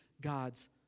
God's